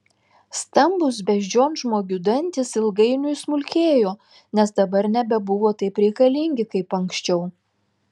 stambūs beždžionžmogių dantys ilgainiui smulkėjo nes dabar nebebuvo taip reikalingi kaip anksčiau